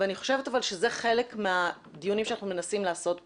אבל אני חושבת שזה חלק מהדיונים שאנחנו מנסים לעשות פה.